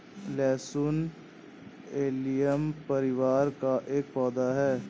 लहसुन एलियम परिवार का एक पौधा है